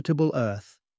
Earth